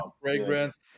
Fragrance